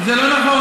זה לא נכון.